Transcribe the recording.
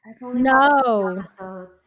No